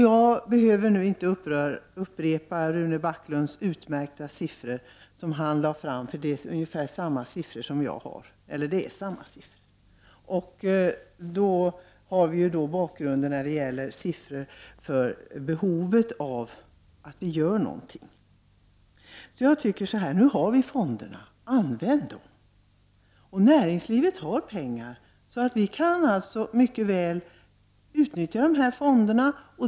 Jag behöver nu inte upprepa de siffror som Rune Backlund nämnde i sin utmärkta redogörelse. Det är samma siffror som jag har. Vi har nu ett underlag som visar att det behövs att vi gör någonting. När vi nu har fonderna tycker jag att vi skall använda dem. Näringslivet har pengar, och vi kan mycket väl utnyttja dessa fonder.